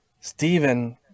Stephen